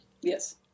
Yes